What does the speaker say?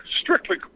strictly